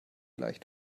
gleich